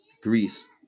Greece